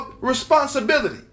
responsibility